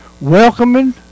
Welcoming